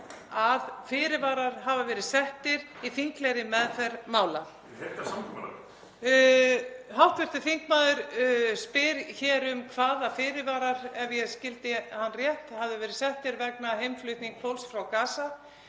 að fyrirvarar hafi verið settir í þinglegri meðferð mála. (SDG: … samkomulag.) Hv. þingmaður spyr hér um hvaða fyrirvarar, ef ég skildi hann rétt, hefðu verið settir vegna heimflutnings fólks frá Gaza.